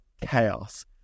chaos